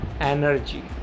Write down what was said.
energy